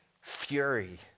fury